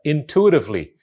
Intuitively